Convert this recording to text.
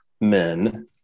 men